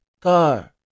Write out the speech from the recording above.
car